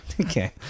Okay